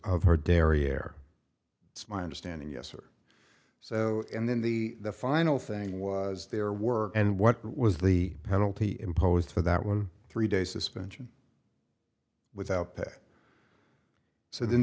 of her dairy air it's my understanding yes or so and then the final thing was there were and what was the penalty imposed for that one three day suspension without pay so the